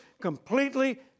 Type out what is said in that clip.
completely